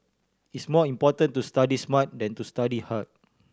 it's more important to study smart than to study hard